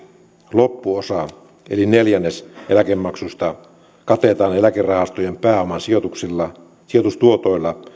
loppuosa eli neljännes eläkemaksuista katetaan eläkerahastojen sijoitustuotoilla sijoitustuotoilla